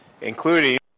including